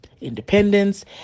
independence